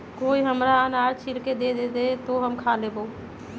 कोई हमरा अनार छील के दे दे, तो हम खा लेबऊ